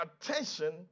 attention